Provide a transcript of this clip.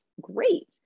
great